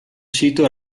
sito